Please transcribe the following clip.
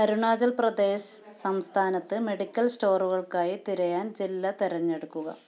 അരുണാചൽ പ്രദേശ് സംസ്ഥാനത്ത് മെഡിക്കൽ സ്റ്റോറുകൾക്കായി തിരയാൻ ജില്ല തിരഞ്ഞെടുക്കുക